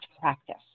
practice